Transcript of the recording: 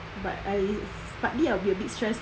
but I partly I will be a bit stress lah